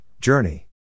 Journey